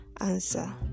answer